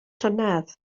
llynedd